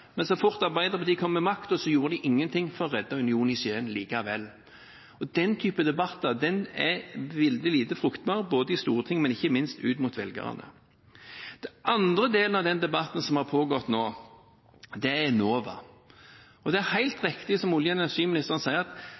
men så fort Arbeiderpartiet kom til makten, gjorde de ingen ting for å redde Union i Skien likevel. Den type debatter er veldig lite fruktbar både i Stortinget og ikke minst ut mot velgerne. Den andre delen av den debatten som har pågått nå, er om Enova. Det er helt riktig, som olje- og energiministeren sier, at